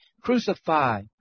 Crucify